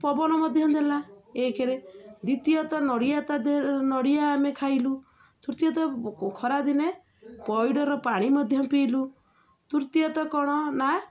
ପବନ ମଧ୍ୟ ଦେଲା ଏକେରେ ଦ୍ୱିତୀୟତଃ ନଡ଼ିଆ ତା ଦେହରେନଡ଼ିଆ ଆମେ ଖାଇଲୁ ତୃତୀୟତଃ ଖରାଦିନେ ପଇଡ଼ର ପାଣି ମଧ୍ୟ ପିଇଲୁ ତୃତୀୟତଃ କ'ଣ ନା